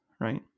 right